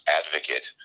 advocate